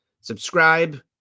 Subscribe